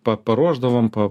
pa paruošdavom pa